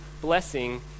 blessing